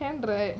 time right